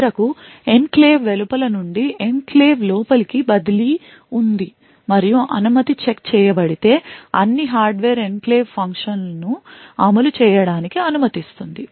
చివరకు ఎన్క్లేవ్ వెలుపల నుండి ఎన్క్లేవ్ లోపలికి బదిలీ ఉంది మరియు అనుమతి చెక్ చేయబడితే అన్ని హార్డ్వేర్ ఎన్క్లేవ్ ఫంక్షన్ను అమలు చేయడానికి అనుమతిస్తుంది